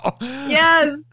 Yes